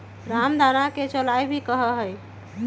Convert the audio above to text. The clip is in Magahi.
रामदाना के चौलाई भी कहा हई